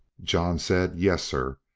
john said, yes, sir,